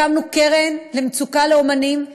הקמנו קרן מצוקה לאמנים,